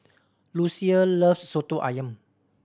Lucia loves Soto Ayam